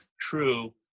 true